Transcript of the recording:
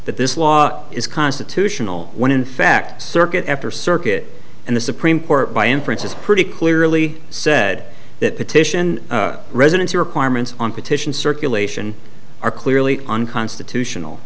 that this law is constitutional when in fact circuit after circuit and the supreme court by inference is pretty clearly said that petition residency requirements on petition circulation are clearly unconstitutional